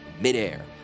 midair